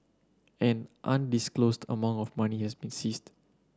an undisclosed amount of money has been seized